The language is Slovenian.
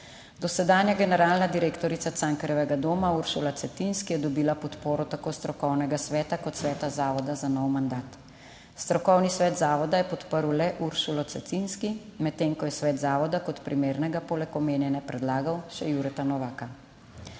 dosedanja generalna direktorica Cankarjevega doma Uršula Cetinski je dobila podporo tako strokovnega sveta kot sveta zavoda za nov mandat. Strokovni svet zavoda je podprl le Uršulo Cetinski, medtem ko je svet zavoda kot primernega poleg omenjene predlagal še Jureta Novaka.